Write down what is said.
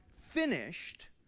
finished